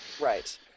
right